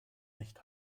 nicht